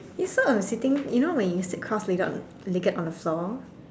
you saw a sittings you know when you sit cross laid dirt legged on the floor